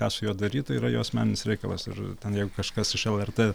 ką su juo daryt tai yra jo asmeninis reikalas ir ten jeigu kažkas iš lrt